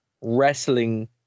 wrestling